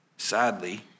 Sadly